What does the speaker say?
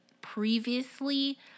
previously